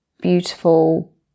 beautiful